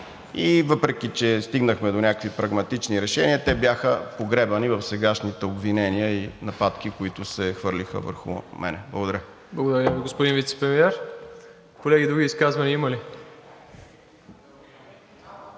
и въпреки че стигнахме до някакви прагматични решения, те бяха погребани в сегашните обвинения и нападки, които се хвърлиха върху мен. Благодаря. ПРЕДСЕДАТЕЛ МИРОСЛАВ ИВАНОВ: Благодаря Ви, господин Вицепремиер. Колеги, други изказвания има ли?